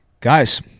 guys